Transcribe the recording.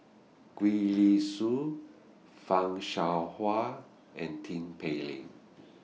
Gwee Li Sui fan Shao Hua and Tin Pei Ling